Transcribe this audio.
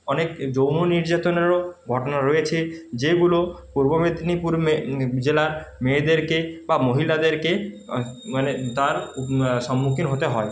অনেক যৌন নির্যাতনেরও ঘটনা রয়েছে যেগুলো পূর্ব মেদিনীপুর জেলার মেয়েদেরকে বা মহিলাদেরকে মানে তার সম্মুখীন হতে হয়